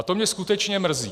To mě skutečně mrzí.